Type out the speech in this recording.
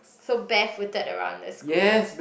so barefooted around the school